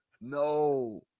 No